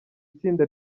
itsinda